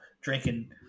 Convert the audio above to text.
drinking